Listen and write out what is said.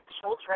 children